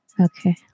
okay